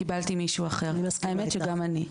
קיבלתי מישהו אחר." וגם אני.